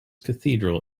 cathedral